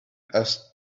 asked